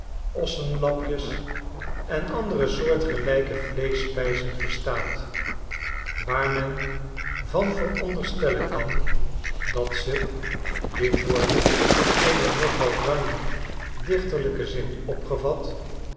kalfslapjes ossenlapjes en andere soortgelijke vleeschspijzen verstaat waar men van veronderstellen kan dat ze dit woord in een nogal ruimen dichterlijken zin opgevat